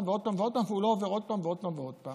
ועוד פעם ועוד פעם ולא עובר עוד פעם ועוד פעם